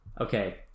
Okay